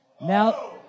Now